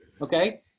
Okay